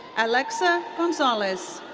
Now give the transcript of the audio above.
alexa gonzales.